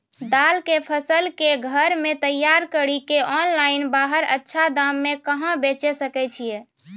दाल के फसल के घर मे तैयार कड़ी के ऑनलाइन बाहर अच्छा दाम मे कहाँ बेचे सकय छियै?